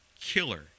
killer